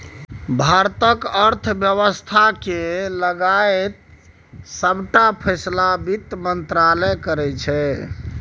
भारतक अर्थ बेबस्था केर लगाएत सबटा फैसला बित्त मंत्रालय करै छै